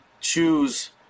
choose